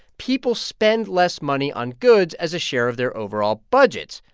people spend less money on goods as a share of their overall budgets.